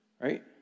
Right